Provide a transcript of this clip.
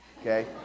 okay